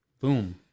Boom